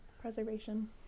preservation